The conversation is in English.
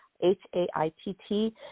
H-A-I-T-T